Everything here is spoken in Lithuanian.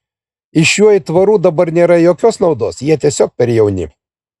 iš šių aitvarų dabar nėra jokios naudos jie tiesiog per jauni